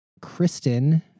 Kristen